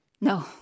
No